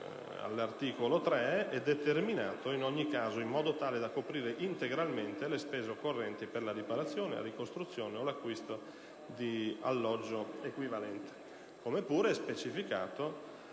all'articolo 3, è determinato in ogni caso in modo tale da coprire integralmente le spese occorrenti per la riparazione, la ricostruzione o l'acquisto di alloggio equivalente. Come pure è specificato